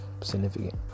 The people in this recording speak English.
significant